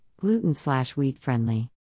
gluten-slash-wheat-friendly